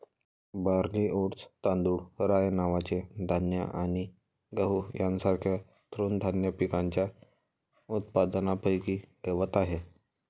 barley, oats, तांदूळ, rye नावाचे धान्य आणि गहू यांसारख्या तृणधान्य पिकांच्या उत्पादनापैकी गवत आहे